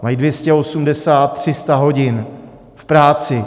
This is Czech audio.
Mají 280, 300 hodin v práci.